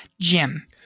jim